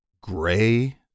gray